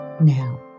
Now